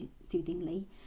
soothingly